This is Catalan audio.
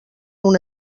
una